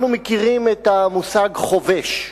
אנחנו מכירים את המושגים חובש,